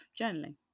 journaling